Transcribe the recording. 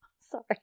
Sorry